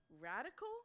radical